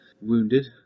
wounded